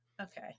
okay